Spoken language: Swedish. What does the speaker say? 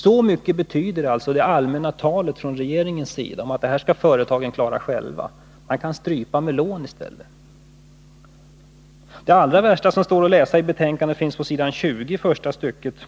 Så mycket betyder alltså regeringens allmänna tal om att företagen själva skall klara problemen — man kan strypa dem genom att inte bevilja lån i stället. Det allra värsta som står att läsa i betänkandet finns på s. 20, första stycket.